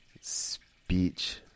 speech